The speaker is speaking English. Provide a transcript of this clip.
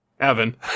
Evan